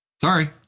sorry